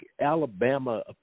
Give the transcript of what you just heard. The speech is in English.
Alabama